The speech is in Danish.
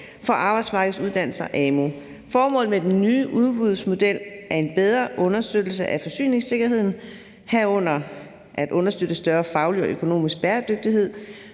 for arbejdsmarkedsuddannelser, dvs. amu. Formålet med den nye udbudsmodel er en bedre understøttelse af forsyningssikkerheden, herunder at understøtte større faglig og økonomisk bæredygtighed